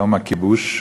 יום הכיבוש,